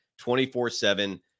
24-7